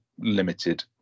limited